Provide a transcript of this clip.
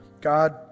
God